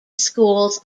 schools